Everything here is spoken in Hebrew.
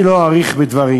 לא אאריך בדברים.